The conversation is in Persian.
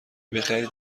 بخرید